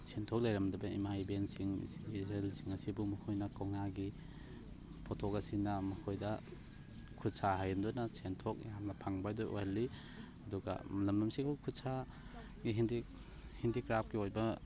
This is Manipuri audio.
ꯁꯦꯟꯊꯣꯛ ꯂꯩꯔꯝꯗꯕ ꯏꯃꯥ ꯏꯕꯦꯜꯁꯤꯡ ꯏꯆꯦ ꯏꯆꯜꯁꯤꯡ ꯑꯁꯤꯕꯨ ꯃꯈꯣꯏꯅ ꯀꯧꯅꯥꯒꯤ ꯄꯣꯊꯣꯛ ꯑꯁꯤꯅ ꯃꯈꯣꯏꯗ ꯈꯨꯠꯁꯥ ꯍꯩꯍꯟꯗꯨꯅ ꯁꯦꯟꯊꯣꯛ ꯌꯥꯝꯅ ꯐꯪꯕꯗꯣ ꯑꯣꯏꯍꯜꯂꯤ ꯑꯗꯨꯒ ꯂꯝꯗꯝꯁꯤꯕꯨ ꯈꯨꯠꯁꯥꯒꯤ ꯍꯦꯟꯗꯤ ꯍꯦꯟꯗꯤꯀ꯭ꯔꯥꯐꯀꯤ ꯑꯣꯏꯕ